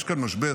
יש כאן משבר.